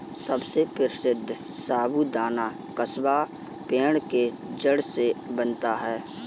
सबसे प्रसिद्ध साबूदाना कसावा पेड़ के जड़ से बनता है